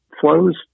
flows